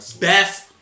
Best